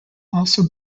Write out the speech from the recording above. also